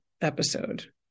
episode